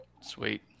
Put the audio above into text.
Sweet